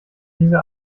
diese